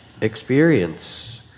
experience